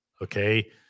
Okay